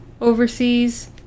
overseas